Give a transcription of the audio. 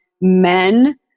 men